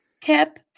kept